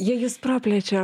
jie jus praplečia